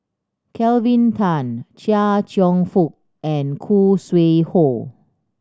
Kelvin Tan Chia Cheong Fook and Khoo Sui Hoe